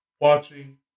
watching